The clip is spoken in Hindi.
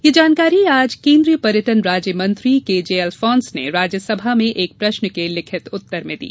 यह जानकारी आज केन्द्रीय पर्यटन राज्य मंत्री केजे अल्फोंस ने राज्यसभा में एक प्रश्न के लिखित उत्तर में दी